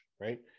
right